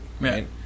right